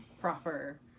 proper